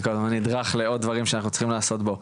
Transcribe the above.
אני כל הזמן נדרך לעוד דברים שאנחנו צריכים לעשות בו,